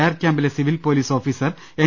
R ക്യാംപിലെ civil police officer N